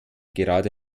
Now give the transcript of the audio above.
gerade